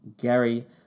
Gary